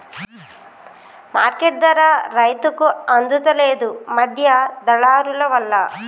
market ధర రైతుకు అందుత లేదు, మధ్య దళారులవల్ల